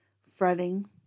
fretting